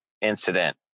incident